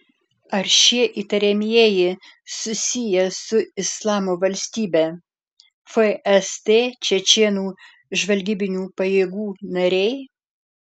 ar šie įtariamieji susiję su islamo valstybe fst čečėnų žvalgybinių pajėgų nariai